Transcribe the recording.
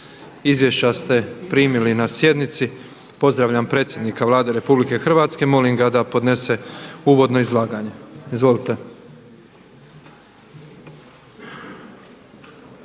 Izvješća ste primili na sjednici. Pozdravljam predsjednika Vlade Republike Hrvatske. Molim ga da podnese uvodno izlaganje, izvolite.